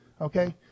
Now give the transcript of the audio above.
Okay